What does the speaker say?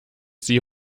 sie